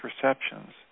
perceptions